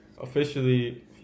Officially